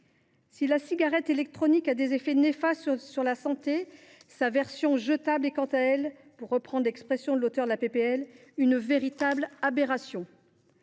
Si la cigarette électronique a des effets néfastes sur la santé, sa version jetable est, quant à elle, pour reprendre l’expression de l’auteur de la proposition de loi, une « véritable aberration